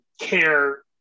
care